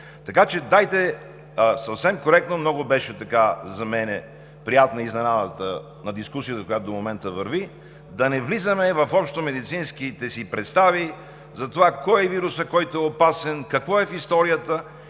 Така че, дайте съвсем коректно, за мен много беше приятна изненадата на дискусията, която до момента върви, да не влизаме в общомедицинските си представи за това кой е вирусът, който е опасен, какво е в историята,